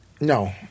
no